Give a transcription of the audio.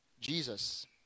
Jesus